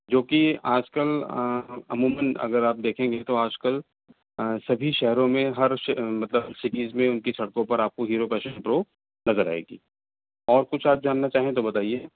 جو کہ آج کل عموماً اگر آپ دیکھیں گے تو آج کل سبھی شہروں میں ہر مطلب سیریز میں ان کی سڑکوں پر ہیرو پیشن پرو نظر آئے گی اور کچھ آپ جاننا چاہیں تو بتائیے